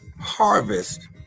harvest